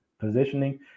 positioning